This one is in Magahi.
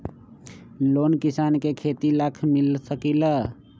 लोन किसान के खेती लाख मिल सकील?